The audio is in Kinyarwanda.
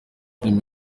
film